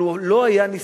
אבל הוא לא היה נזקק.